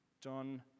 John